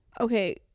okay